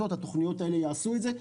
והתוכניות האלה יעשו את זה.